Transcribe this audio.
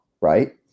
right